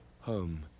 home